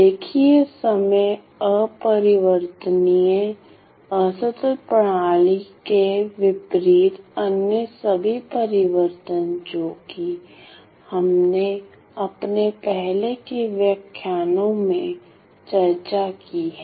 रेखीय समय अपरिवर्तनीय असतत प्रणाली के विपरीत अन्य सभी परिवर्तन जोकि हमने अपने पहले के व्याख्यानों में चर्चा की है